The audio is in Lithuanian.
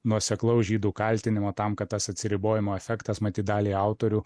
nuoseklaus žydų kaltinimo tam kad tas atsiribojimo efektas matyt daliai autorių